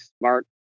smart